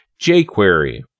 jQuery